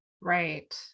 Right